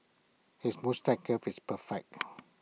his moustache curl is perfect